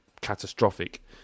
catastrophic